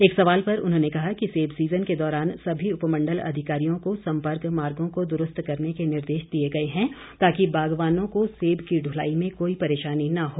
एक सवाल पर उन्होंने कहा कि सेब सीजन के दौरान सभी उपमंडल अधिकारियों को सम्पर्क मार्गों को दुरूस्त करने के निर्देश दिए गए है ताकि बागवानों को सेब की दुलाई में कोई परेशानी न हो